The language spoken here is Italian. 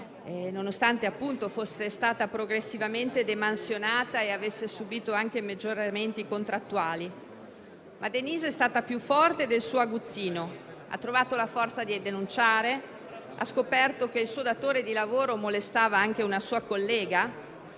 nonostante fosse stata progressivamente demansionata e avesse subito anche peggioramenti contrattuali. Denise è stata più forte del suo aguzzino, ha trovato la forza di denunciare, ha scoperto che il suo datore di lavoro molestava anche una sua collega,